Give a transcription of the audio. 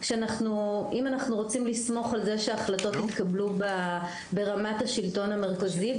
באם אנחנו רוצים לסמוך על זה שההחלטות יתקבלו ברמת השלטון המרכזי.